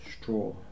Straw